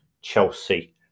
chelsea